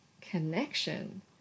connection